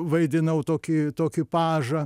vaidinau tokį tokį pažą